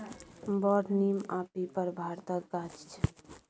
बर, नीम आ पीपर भारतक गाछ छै